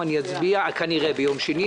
זה ייקח שנה במקום שנתיים.